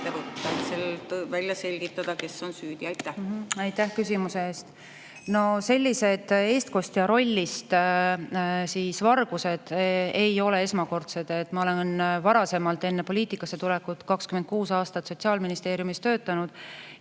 Aitäh küsimuse eest! Sellised eestkostja rollis vargused ei ole esmakordsed. Ma olen enne poliitikasse tulekut 26 aastat Sotsiaalministeeriumis töötanud